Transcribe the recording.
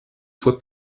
fue